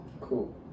Cool